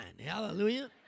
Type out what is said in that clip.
Hallelujah